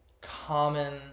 common